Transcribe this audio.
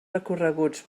recorreguts